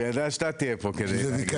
כי הוא ידע שאתה תהיה פה כדי להגיד את זה.